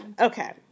Okay